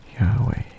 Yahweh